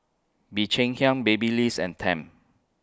Bee Cheng Hiang Babyliss and Tempt